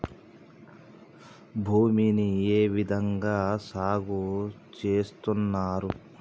భూమిని ఏ విధంగా సాగు చేస్తున్నారు?